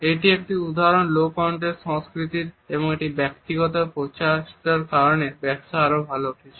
এটি একটি উদাহরণ লো কন্টেক্সট সংস্কৃতির একটি ব্যক্তিগত প্রচেষ্টার কারণে ব্যবসা আরও ভাল করছে